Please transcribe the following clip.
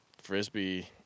frisbee